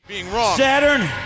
Saturn